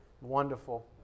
Wonderful